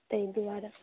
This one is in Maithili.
ताहि दुआरे